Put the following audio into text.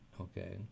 okay